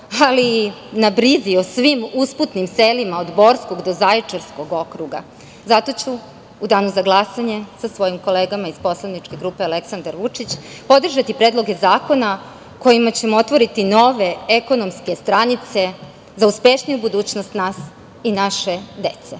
ali i na brizi o svim usputnim selima od Borskog do Zaječarskog okruga. Zato ću u danu za glasanje, sa svojim kolegama iz poslaničke grupe „Aleksandar Vučić“ podržati predloge zakona kojima ćemo otvoriti nove ekonomske stranice za uspešniju budućnost nas i naše dece.